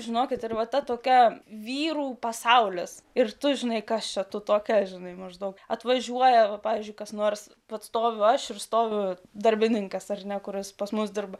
žinokit arbata tokia vyrų pasaulis ir tu žinai kas čia tu tokia žinai maždaug atvažiuoja va pavyzdžiui kas nors tad stoviu aš ir stoviu darbininkas ar ne kuris pas mus dirba